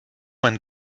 mein